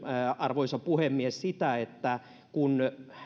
arvoisa puhemies sitä että kun